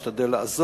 אני משתדל לעזור,